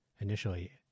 initially